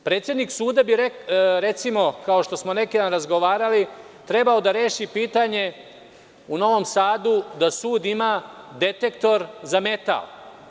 Predsednik suda, recimo, kao što smo neki dan razgovarali, bi trebao da reši pitanje u Novom Sadu da sud ima detektor za metal.